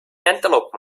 antelope